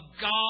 God